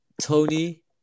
Tony